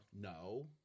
No